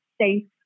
safe